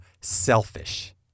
selfish